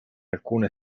alcune